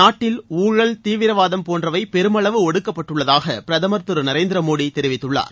நாட்டில் ஊழல் தீவிரவாதம் போன்றவை பெருமளவு ஒடுக்கப்பட்டுள்ளதாக பிரதமர் திரு நரேந்திர மோடி தெரிவித்துள்ளார்